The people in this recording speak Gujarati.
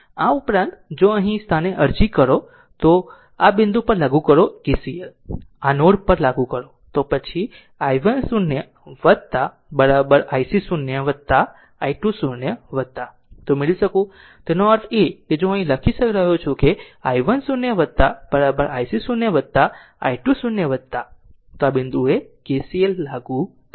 આ ઉપરાંત જો અહીં આ સ્થાને અરજી કરો જો આ બિંદુ પર લાગુ કરો KCL આ નોડ પર લાગુ કરો તો પછી i 1 0 ic 0 i2 0 મેળવી શકું તેથી તેનો અર્થ એ કે હું અહીં લખી રહ્યો છું i 1 0 ic 0 i2 0 આ બિંદુએ KCL લાગુ કરો